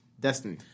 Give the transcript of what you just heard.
Destiny